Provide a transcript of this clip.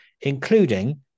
including